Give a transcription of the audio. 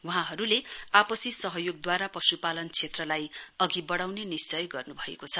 वहाँहरूले आपसी सहयोगद्वारा पशुपालन क्षेत्रलाई अघि बढाउने निश्वय गर्नु भएको छ